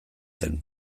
zen